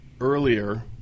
earlier